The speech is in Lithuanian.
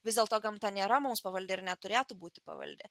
vis dėlto gamta nėra mums pavaldi ir neturėtų būti pavaldi